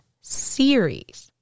series